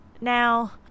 Now